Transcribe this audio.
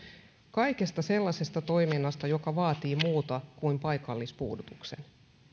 kaikesta sellaisesta toiminnasta joka vaatii muuta kuin paikallispuudutuksen